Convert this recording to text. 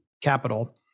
capital